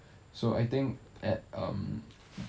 so I think at um